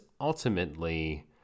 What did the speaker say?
ultimately